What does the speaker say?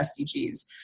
SDGs